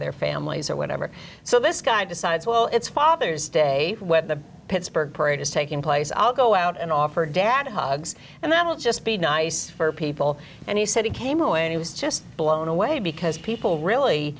their families or whatever so this guy decides well it's father's day when the pittsburgh parade is taking place i'll go out and offer dad hugs and that will just be nice for people and he said he came away and he was just blown away because people really